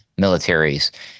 militaries